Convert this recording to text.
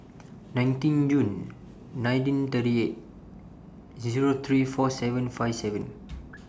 nineteen June nineteen thirty eight Zero three four seven five seven